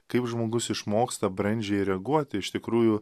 kaip žmogus išmoksta brandžiai reaguoti iš tikrųjų